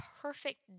perfect